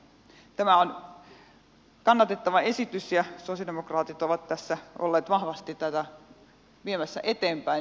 tämä on kannatettava esitys ja sosialidemokraatit ovat tässä olleet vahvasti tätä viemässä eteenpäin